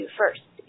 first